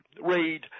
Read